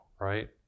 right